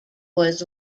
was